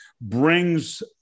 brings